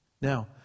Now